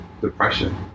depression